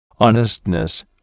honestness